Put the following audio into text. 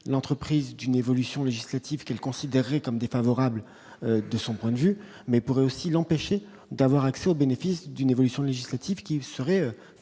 l'entreprise d'une évolution législative quel considérés comme défavorables, de son point de vue, mais pourrait aussi l'empêcher d'avoir accès au bénéfice d'une évolution législative qui seraient favorables